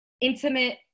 intimate